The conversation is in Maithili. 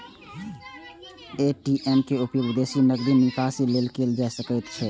ए.टी.एम के उपयोग विदेशो मे नकदी निकासी लेल कैल जा सकैत छैक